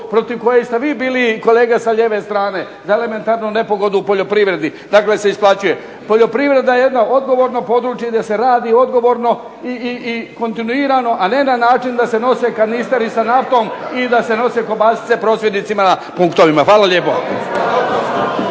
protiv koje se i vi bili kolega sa lijeve strane, za elementarnu nepogodu u poljoprivredi da se isplaćuje. Poljoprivreda je jedna odgovorno područje gdje se radio odgovorno i kontinuirano a ne na način da se nose kanisteri sa naftom i da se nose kobasice prosvjednicima punktovima. Hvala lijepo.